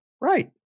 Right